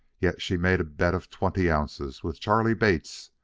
yet she made a bet of twenty ounces with charley bates,